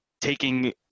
taking